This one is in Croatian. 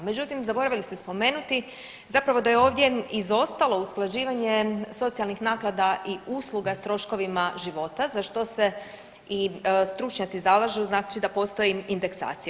Međutim, zaboravili ste spomenuti zapravo da je ovdje izostalo usklađivanje socijalnih naknada i usluga s troškovima života za što se i stručnjaci zalažu, znači da postoji indeksacija.